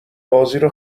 بازیرو